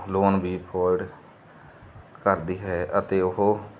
loan ਵੀ avoid ਕਰਦੀ ਹੈ ਅਤੇ ਉਹ